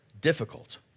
difficult